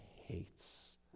hates